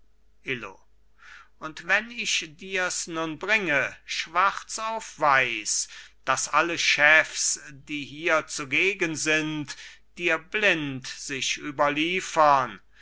illo und wenn ich dirs nun bringe schwarz auf weiß daß alle chefs die hier zugegen sind dir blind sich überliefern